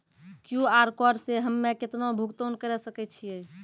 QR code से हम्मय केतना भुगतान करे सके छियै?